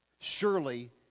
Surely